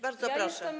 Bardzo proszę.